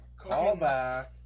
Callback